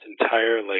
entirely